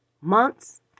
months